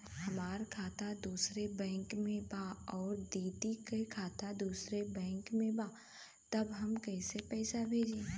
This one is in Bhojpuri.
हमार खाता दूसरे बैंक में बा अउर दीदी का खाता दूसरे बैंक में बा तब हम कैसे पैसा भेजी?